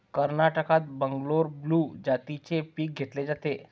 कर्नाटकात बंगलोर ब्लू जातीचे पीक घेतले जाते